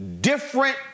different